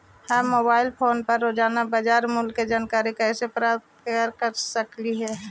हम mobile phone पर रोजाना बाजार मूल्य के जानकारी कैसे प्राप्त कर सकली हे?